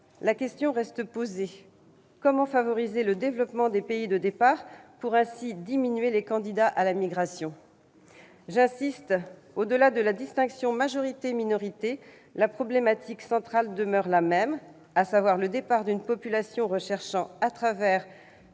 La question reste posée : comment favoriser le développement des pays de départ pour diminuer les candidats à la migration ? J'y insiste, au-delà de la distinction entre majeurs et mineurs, le problème central demeure le même, à savoir le départ d'une population recherchant, à travers